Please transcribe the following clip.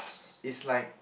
is like